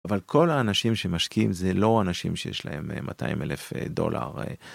אבל כל האנשים שמשקיעים זה לא אנשים שיש להם 200 אלף דולר.